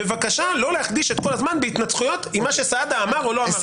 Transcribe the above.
בבקשה לא להקדיש את כל הזמן להתנצחויות עם מה שסעדה אמר או לא אמר.